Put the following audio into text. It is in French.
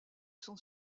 sont